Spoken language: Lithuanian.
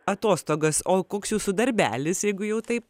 atostogas o koks jūsų darbelis jeigu jau taip